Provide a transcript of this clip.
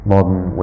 modern